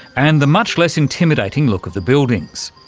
and the much less intimidating look of the buildings.